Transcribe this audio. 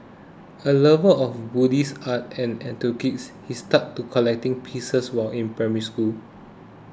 a lover of Buddhist art and antiquities he started collecting pieces while in Primary School